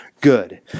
good